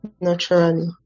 naturally